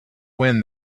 wind